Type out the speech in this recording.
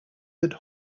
that